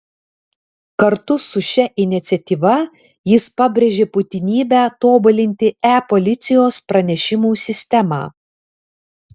kartu su šia iniciatyva jis pabrėžia būtinybę tobulinti e policijos pranešimų sistemą